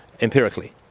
empirically